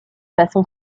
façon